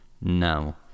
no